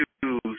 choose